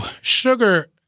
Sugar